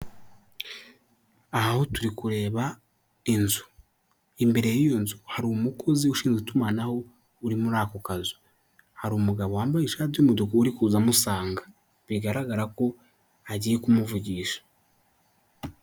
Aha aho turi kureba inzu. Imbere y'iyo nzu hari umukozi ushinzwe itumanaho uri muri ako kazu, hari umugabo wambaye ishati by'umutuku uri kuza amusanga, bigaragara ko agiye kumuvugisha.